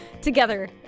together